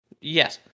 Yes